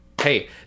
hey